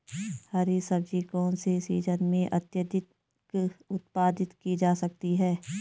हरी सब्जी कौन से सीजन में अत्यधिक उत्पादित की जा सकती है?